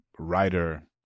writer